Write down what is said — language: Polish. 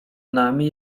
nami